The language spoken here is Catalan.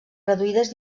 reduïdes